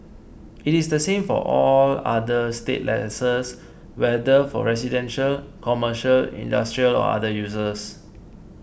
it is the same for all other state leases whether for residential commercial industrial or other uses